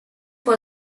for